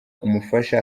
umufasha